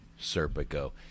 Serpico